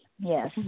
yes